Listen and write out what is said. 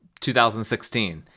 2016